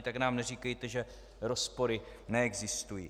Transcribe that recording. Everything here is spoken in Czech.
Tak nám neříkejte, že rozpory neexistují.